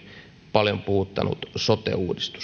paljon puhuttanut sote uudistus